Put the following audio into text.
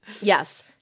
Yes